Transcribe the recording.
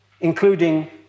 including